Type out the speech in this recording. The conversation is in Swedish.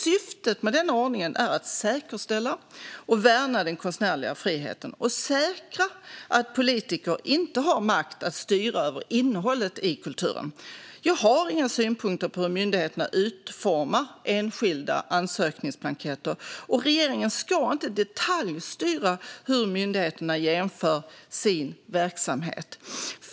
Syftet med denna ordning är att säkerställa och värna den konstnärliga friheten och att säkra att politiker inte har makt att styra över innehållet i kulturen. Jag har inga synpunkter på hur myndigheterna utformar enskilda ansökningsblanketter, och regeringen ska inte detaljstyra hur myndigheterna genomför sin verksamhet.